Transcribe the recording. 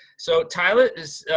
so silas is,